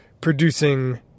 producing